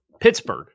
Pittsburgh